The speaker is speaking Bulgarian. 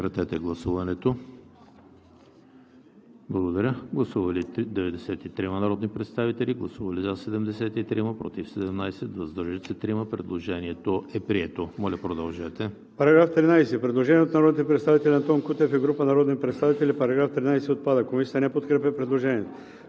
По § 19 има предложение от народните представители Антон Кутев и група народни представители: „§19 отпада.“ Комисията не подкрепя предложението.